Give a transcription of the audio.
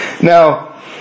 Now